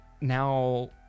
now